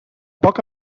poc